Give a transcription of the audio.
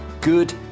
good